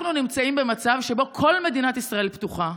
אנחנו נמצאים במצב שבו כל מדינת ישראל פתוחה.